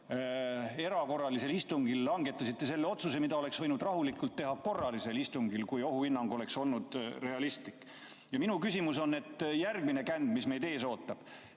erakorralisel istungil langetasite otsuse, mida oleks võinud rahulikult teha korralisel istungil, kui ohuhinnang oleks olnud realistlik. Minu küsimus on, et järgmine känd, mis meid ees ootab,